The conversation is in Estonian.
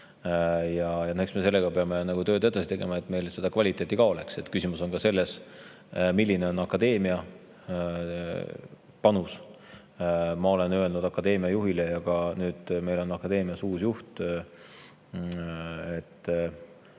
Ja eks me ka sellega peame tööd edasi tegema, et meil kvaliteeti ka oleks. Küsimus on veel selles, milline on akadeemia panus. Ma olen öelnud akadeemia juhile – nüüd meil on akadeemias uus juht –, et